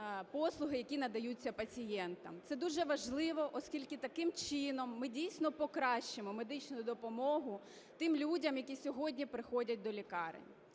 послуги, які надаються пацієнтам. Це дуже важливо, оскільки таким чином ми дійсно покращимо медичну допомогу тим людям, які сьогодні приходять до лікарень.